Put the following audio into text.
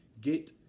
get